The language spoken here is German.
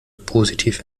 positiv